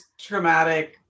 traumatic